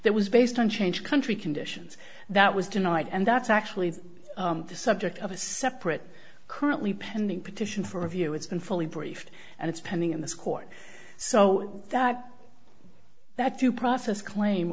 that was based on changed country conditions that was denied and that's actually the subject of a separate currently pending petition for review it's been fully briefed and it's pending in this court so that due process claim